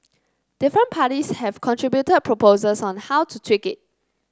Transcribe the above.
different parties have contributed proposals on how to tweak it